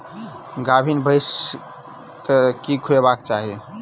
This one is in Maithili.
गाभीन भैंस केँ की खुएबाक चाहि?